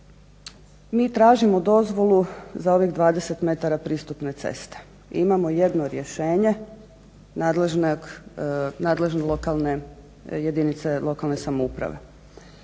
mi tražimo dozvolu za ovih 20m pristupne ceste. Imamo jedno rješenje nadležne lokalne jedinice lokalne samouprave.